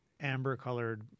amber-colored